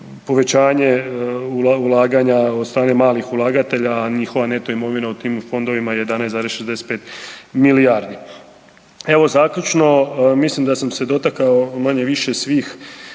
povećanje ulaganja od strane malih ulagatelja, a njihova neto imovina u tim fondovima je 11,65 milijardi. Evo zaključno, mislim da sam se dotakao manje-više svih,